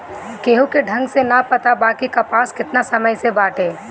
केहू के ढंग से ना पता बा कि कपास केतना समय से बाटे